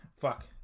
Fuck